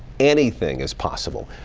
anything is possible.